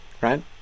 Right